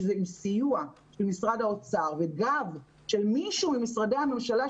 שעם סיוע ממשרד האוצר וגב של מישהו ממשרדי הממשלה,